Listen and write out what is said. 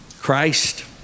christ